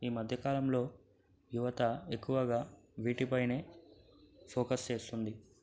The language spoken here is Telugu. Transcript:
ఈ మధ్య కాలంలో యువత ఎక్కువగా వీటిపైనే ఫోకస్ చేస్తుంది